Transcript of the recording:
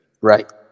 Right